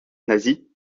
nasie